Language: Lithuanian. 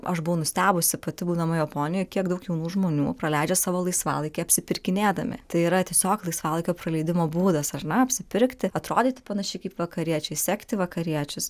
aš buvau nustebusi pati būdama japonijoj kiek daug jaunų žmonių praleidžia savo laisvalaikį apsipirkinėdami tai yra tiesiog laisvalaikio praleidimo būdas ar ne apsipirkti atrodyti panašiai kaip vakariečiai sekti vakariečius